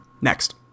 Next